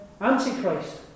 Antichrist